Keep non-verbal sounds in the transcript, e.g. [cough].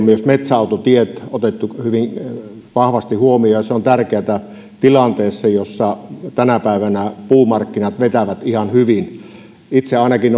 [unintelligible] myös metsäautotiet on otettu hyvin vahvasti huomioon se on tärkeätä tilanteessa jossa tänä päivänä puumarkkinat vetävät ihan hyvin itse ainakin [unintelligible]